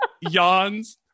yawns